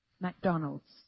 McDonald's